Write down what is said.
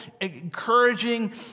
encouraging